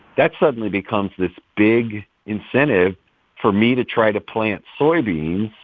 that suddenly becomes this big incentive for me to try to plant soybeans